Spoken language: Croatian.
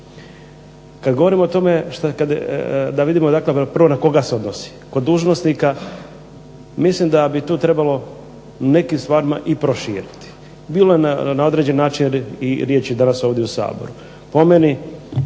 Kad govorimo o tome da vidimo dakle prvo na koga se odnosi. Kod dužnosnika mislim da bi tu trebalo u nekim stvarima i proširiti. Bilo je na određeni način i riječi danas ovdje u Saboru.